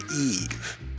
Eve